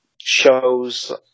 shows